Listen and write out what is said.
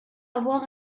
avoir